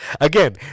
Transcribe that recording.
Again